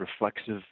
reflexive